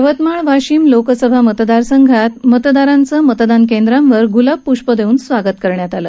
यवतमाळ वाशिम लोकसभा मतदारसंघात मतदारांचे मतदान केंद्रावर गुलाब पुष्प देऊन स्वागत करण्यात आले